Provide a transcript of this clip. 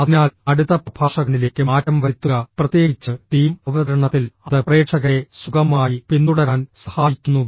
അതിനാൽ അടുത്ത പ്രഭാഷകനിലേക്ക് മാറ്റം വരുത്തുക പ്രത്യേകിച്ച് ടീം അവതരണത്തിൽ അത് പ്രേക്ഷകരെ സുഗമമായി പിന്തുടരാൻ സഹായിക്കുന്നു